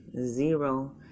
zero